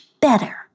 better